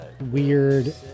Weird